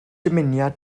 dymuniad